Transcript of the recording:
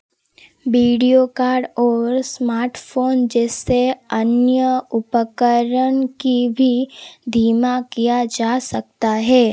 video card ओर smartphone जिससे अन्य उपकरण की भी धीमा किया जा सकता है